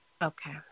Okay